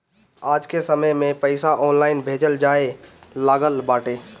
आजके समय में पईसा ऑनलाइन भेजल जाए लागल बाटे